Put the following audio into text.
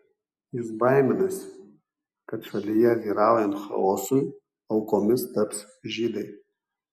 jis baiminasi kad šalyje vyraujant chaosui aukomis taps žydai